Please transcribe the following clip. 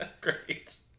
Great